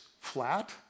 flat